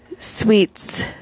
Sweets